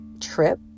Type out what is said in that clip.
trip